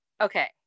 Okay